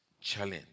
challenge